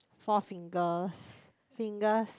Four-Fingers Fingers